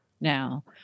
now